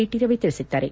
T Ravi ತಿಳಿಸಿದ್ದಾರೆ